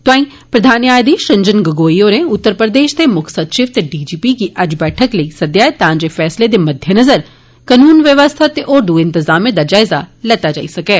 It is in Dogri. तोआंई प्रधान न्यायधीश राजन गगोई होरें उत्तर प्रदेश दे म्क्ख सचिव ते डीजीपी गी अज्ज बैठक लेई सदेआ ऐ तां जे फैसले दे मद्वेनजर कनून व्यवस्था ते होर द्रए इंतजामें दा जायजा लैता जाई सकै